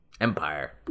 Empire